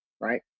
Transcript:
right